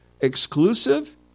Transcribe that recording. exclusive